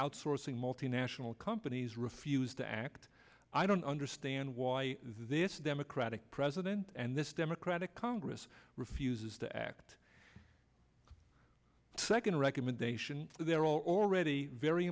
outsourcing multinational companies refused to act i don't understand why this democratic president and this democratic congress refuses to act second recommendation there are already very